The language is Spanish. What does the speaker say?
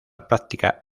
práctica